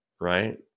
right